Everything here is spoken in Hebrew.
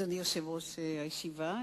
אדוני יושב-ראש הישיבה,